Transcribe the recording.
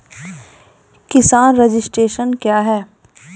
किसान रजिस्ट्रेशन क्या हैं?